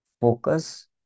focus